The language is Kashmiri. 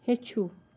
ہیٚچھِو